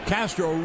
Castro